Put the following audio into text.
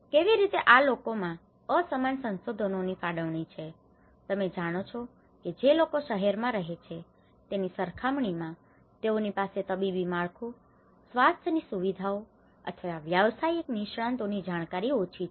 કેવી રીતે આ લોકો માં અસમાન સંસાધનો ની ફાળવણી છે તમે જાણો છો કે જે લોકો શહેર માં રહે છે તેની સરખામણી માં તેઓની પાસે તબીબી માળખું સ્વાસ્થ્ય ની સુવિધાઓ અથવા વ્યવસાયિક નિષ્ણાંતો ની જાણકારી ઓછી છે